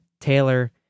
taylor